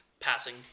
Passing